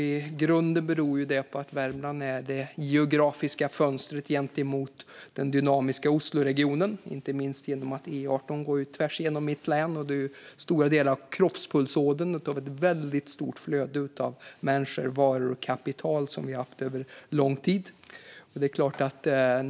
I grunden beror det på att Värmland är det geografiska fönstret mot den dynamiska Osloregionen, inte minst eftersom E18 går tvärs igenom mitt hemlän och utgör själva kroppspulsådern för ett stort flöde av människor, varor och kapital. Så har det varit under lång tid.